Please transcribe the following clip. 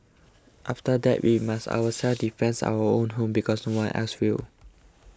and that we must ourselves defence our own home because no one else will